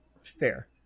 Fair